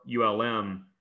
ULM